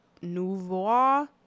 Nouveau